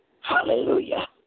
Hallelujah